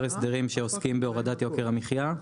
הסדרים שעוסקים בהורדת יוקר המחיה.